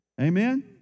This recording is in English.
Amen